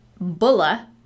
bulla